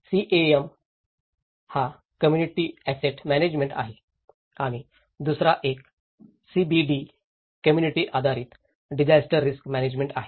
CAM हा community asset management आहे आणि दुसरा एक सीबीडी कम्म्युनिटी आधारित डिजास्टर रिस्क म्यानेजमेंट आहे